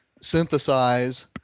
synthesize